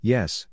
Yes